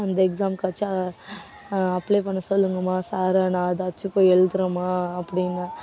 அந்த எக்ஸாமுக்காச்சும் அப்ளை பண்ண சொல்லுங்கம்மா சாரை நான் அதாச்சும் போய் எழுதுகிறேம்மா அப்படினேன்